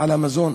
על המזון